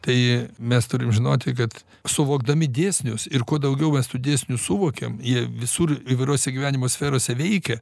tai mes turim žinoti kad suvokdami dėsnius ir kuo daugiau mes tų dėsnių suvokiam jie visur įvairiose gyvenimo sferose veikia